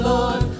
Lord